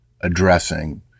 addressing